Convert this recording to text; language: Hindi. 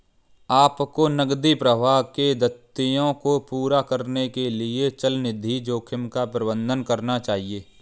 आपको नकदी प्रवाह के दायित्वों को पूरा करने के लिए चलनिधि जोखिम का प्रबंधन करना चाहिए